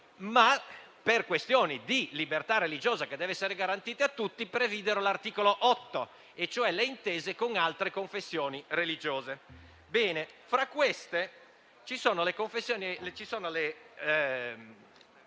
Ma, per questioni di libertà religiosa, che deve essere garantita a tutti, previdero l'articolo 8, e cioè le intese con le altre confessioni religiose. Bene, fra quelle ci sono le intese con